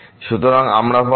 সুতরাং আমরা পাব a0 x 2